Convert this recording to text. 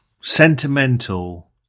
sentimental